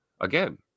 again